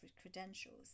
credentials